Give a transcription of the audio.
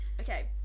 Okay